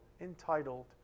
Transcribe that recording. entitled